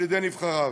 על-ידי נבחריו.